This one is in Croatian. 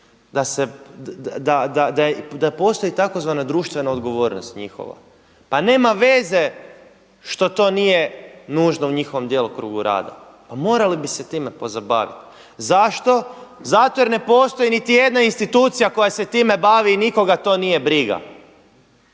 da postoji tzv. društvena odgovornost njihova. Pa nema veze što to nije nužno u njihovom djelokrugu rada. Pa morali biste se time pozabaviti. Zašto? Zato jer ne postoji niti jedna institucija koja se time bavi i nikoga to nije briga.